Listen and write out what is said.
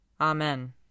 Amen